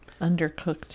Undercooked